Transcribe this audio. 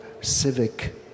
civic